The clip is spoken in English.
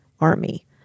Army